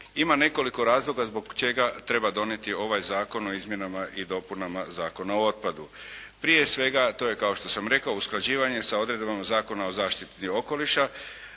ima nekoliko razloga zbog čega treba donijeti ovaj Zakon o izmjenama i dopunama Zakona o otpadu. Prije svega, to je kao što sam rekao usklađivanje sa odredbama Zakona o zaštiti okoliša